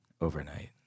overnight